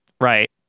Right